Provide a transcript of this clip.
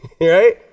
right